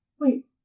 wait